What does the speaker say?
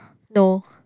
no